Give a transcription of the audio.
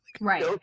Right